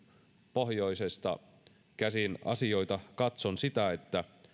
pohjoisesta käsin asioita katson sitä että